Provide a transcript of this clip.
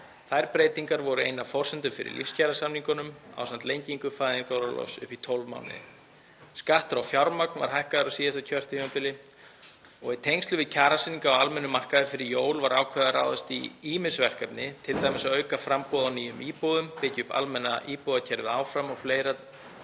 Þær breytingar voru ein af forsendum fyrir lífskjarasamningunum ásamt lengingu fæðingarorlofs upp í 12 mánuði. Skattur á fjármagn var hækkaður á síðasta kjörtímabili og í tengslum við kjarasamninga á almennum markaði fyrir jól var ákveðið að ráðast í ýmis verkefni, t.d. að auka framboð á nýjum íbúðum, byggja almenna íbúðakerfið upp áfram og ráðast